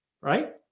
right